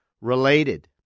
related